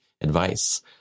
advice